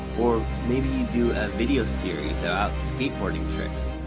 or maybe you'd do a video series about skateboarding tricks?